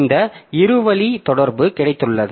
இந்த இரு வழி தொடர்பு கிடைத்துள்ளது